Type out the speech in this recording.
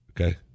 okay